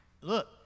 Look